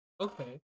Okay